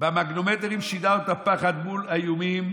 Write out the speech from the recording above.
במגנומטרים שידרת פחד מול האיומים,